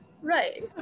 Right